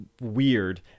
weird